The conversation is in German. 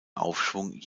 aufschwung